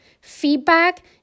Feedback